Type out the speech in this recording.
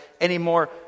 anymore